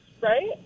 right